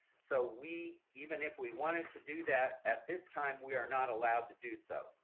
so we, even if we wanted to do that, at this time, we are not allowed to do so.